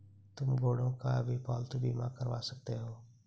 तुम घोड़ों का भी पालतू बीमा करवा सकते हो